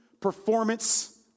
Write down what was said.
performance